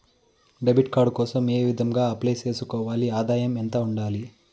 Debit card కోసం ఏ విధంగా అప్లై సేసుకోవాలి? ఆదాయం ఎంత ఉండాలి?